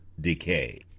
decay